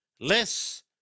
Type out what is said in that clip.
less